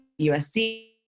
USC